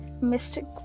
Mystic